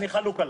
אני חלוק עלייך.